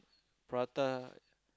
prata